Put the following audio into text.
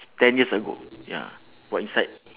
ten years ago ya what inside